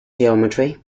geometry